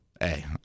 Hey